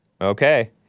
Okay